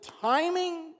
timing